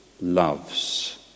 loves